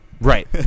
Right